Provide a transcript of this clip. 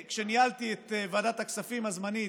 כשניהלתי את ועדת הכספים הזמנית,